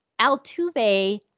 Altuve